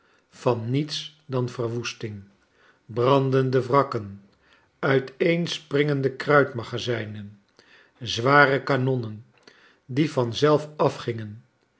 van niets dan verwoesting brandende wrakken uiteenspringende kruitmagazijnen zware kanonnen die van zelf afgingen